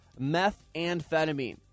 methamphetamine